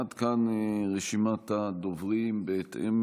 עד כאן רשימת הדוברים בהתאם